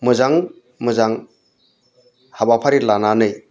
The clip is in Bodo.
मोजां मोजां हाबाफारि लानानै